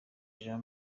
jean